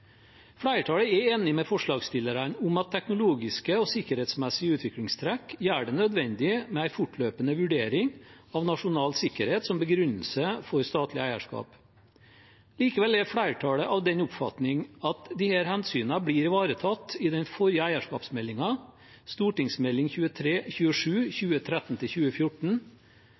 Flertallet er enig med forslagsstillerne i at teknologiske og sikkerhetsmessige utviklingstrekk gjør det nødvendig med en fortløpende vurdering av nasjonal sikkerhet som begrunnelse for statlig eierskap. Likevel er flertallet av den oppfatning at disse hensynene blir ivaretatt i den forrige eierskapsmeldingen, Meld. St. 27